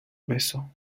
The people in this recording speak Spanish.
beso